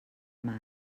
mar